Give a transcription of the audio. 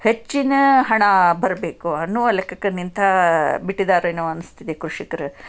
ಹೆಚ್ಚಿನ ಹಣ ಬರಬೇಕು ಅನ್ನುವ ಲೆಕ್ಕಕ್ಕೆ ನಿಂತು ಬಿಟ್ಟಿದಾರೇನೋ ಅನಿಸ್ತಿದೆ ಕೃಷಿಕರು